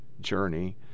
journey